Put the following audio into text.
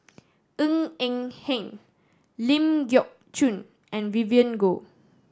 Ng Eng Hen Ling Geok Choon and Vivien Goh